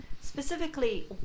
specifically